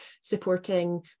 supporting